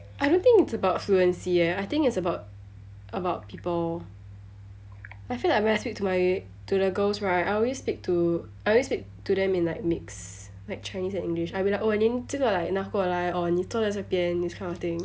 I don't think it's about fluency eh I think it's about about people I feel like when I speak to my to the girls right I always speak to I always speak to them in like mix like chinese and english I'll be like oh 这个拿过来 or 你坐在这边 this kind of thing